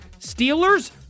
Steelers